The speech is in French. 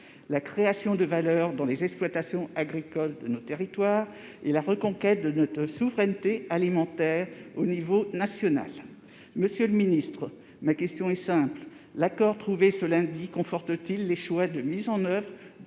la création de valeur dans les exploitations agricoles sur nos territoires et la reconquête de notre souveraineté alimentaire au niveau national. Monsieur le ministre, ma question est simple : l'accord trouvé ce lundi conforte-t-il les choix de mise en oeuvre